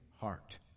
heart